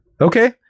Okay